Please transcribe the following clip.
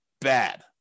Bad